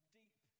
deep